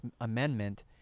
Amendment